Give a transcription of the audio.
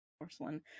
Porcelain